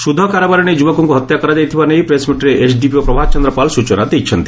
ସୁଧ କାରବାର ନେଇ ଯୁବକଙ୍କୁ ହତ୍ୟା କରାଯାଇଥିବା ନେଇ ପ୍ରେସ୍ମିଟ୍ରେ ଏସ୍ଡିପିଓ ପ୍ରଭାତ ଚନ୍ର ପାଲ୍ ସୂଚନା ଦେଇଛନ୍ତି